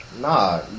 nah